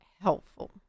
helpful